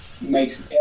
makes